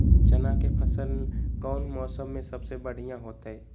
चना के फसल कौन मौसम में सबसे बढ़िया होतय?